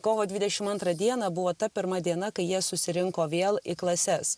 kovo dvidešim antrą dieną buvo ta pirma diena kai jie susirinko vėl į klases